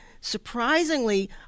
surprisingly